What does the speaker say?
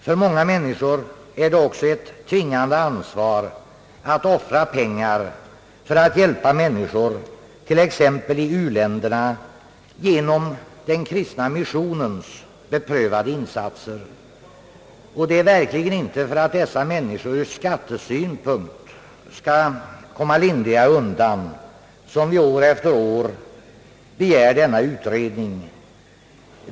För många är det också ett tvingande ansvar att offra pengar för att hjälpa andra människor, t.ex. i u-länderna, genom den kristna missionens beprövade insatser. Det är verkligen inte för att dessa medborgare ur skattesynpunkt skall komma lindrigare undan som vi år efter år begär denna utredning.